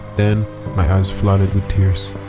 then my eyes flooded with tears.